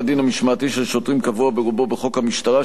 הדין המשמעתי של שוטרים קבוע ברובו בחוק המשטרה,